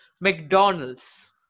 mcdonald's